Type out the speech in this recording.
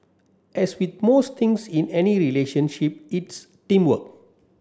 as with most things in any relationship it's teamwork